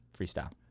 freestyle